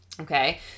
okay